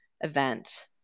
event